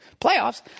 Playoffs